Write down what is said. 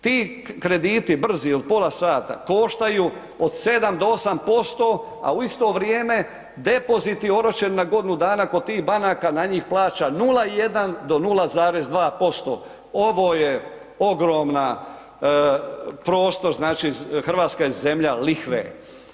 Ti krediti brzi ili pola sata, koštaju od 7 do 8%, a u isto vrijeme depoziti oročeni na godinu dana kod tih banaka na njih plaća 0,1 do 0,2% ovo je ogromna prostor znači, Hrvatska je zemlja lihve.